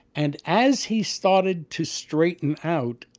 and as he started to straighten out,